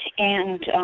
and